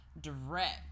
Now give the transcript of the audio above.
direct